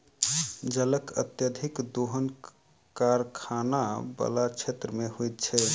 जलक अत्यधिक दोहन कारखाना बला क्षेत्र मे होइत छै